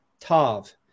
Tav